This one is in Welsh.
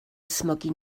ysmygu